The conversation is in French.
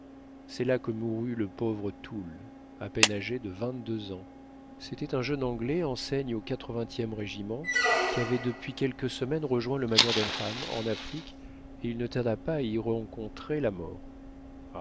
c'est là que mourut le pauvre toole à peine agé de vingt-deux ans c'était un jeune anglais enseigne au e régiment qui avait depuis quelques semaines rejoint le major denham en afrique et il ne tarda pas à y rencontrer la mort